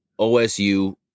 OSU